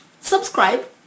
Subscribe